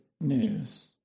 news